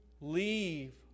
leave